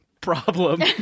problem